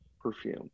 perfume